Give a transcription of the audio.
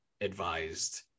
Advised